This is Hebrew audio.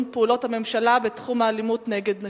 פעולות הממשלה בתחום האלימות נגד נשים.